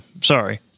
Sorry